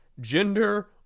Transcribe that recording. gender